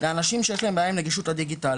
לאנשים שיש להם בעיה עם נגישות בדיגיטל.